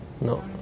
No